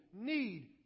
need